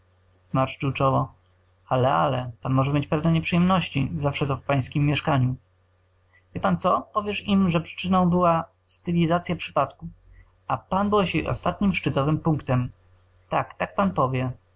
zmarszczył czoło ale ale pan może mieć pewne nieprzyjemności zawsze to w pańskiem mieszkaniu wie pan co powiesz im że przyczyną była stylizacya przypadku a pan byłeś jej ostatnim szczytowym punktem tak tak pan powie